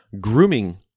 Grooming